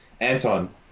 Anton